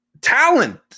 talent